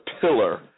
pillar